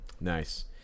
Nice